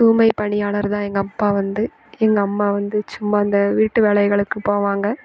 தூய்மை பணியாளர்தான் எங்கள் அப்பா வந்து எங்கள் அம்மா வந்து சும்மா இந்த வீட்டு வேலைகளுக்கு போவாங்க